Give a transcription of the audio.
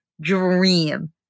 dream